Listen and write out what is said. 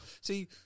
See